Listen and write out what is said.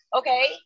okay